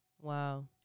Wow